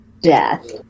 death